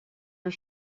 are